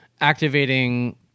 activating